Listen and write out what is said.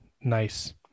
nice